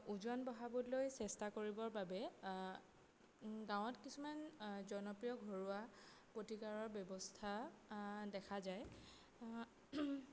ওজন বঢ়াবলৈ চেষ্টা কৰিবৰ বাবে গাঁৱত কিছুমান জনপ্ৰিয় ঘৰুৱা প্ৰতিকাৰৰ ব্যৱস্থা দেখা যায়